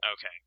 Okay